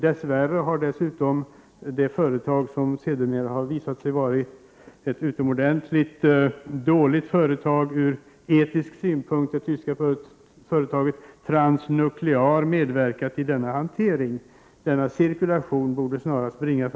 Dess värre har det tyska företaget — som visat sig vara ett utomordentligt dåligt företag ur etisk synpunkt — Transnuclear medverkat i denna hantering. Denna cirkulation borde snabbt brytas.